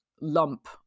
lump